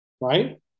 right